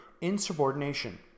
insubordination